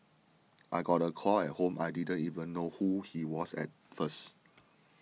I got a call at home I didn't even know who he was at first